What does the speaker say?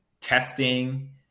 testing